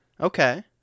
Okay